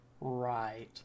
Right